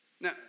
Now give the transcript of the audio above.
now